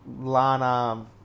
Lana